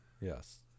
Yes